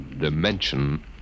Dimension